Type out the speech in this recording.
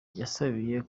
yasabiye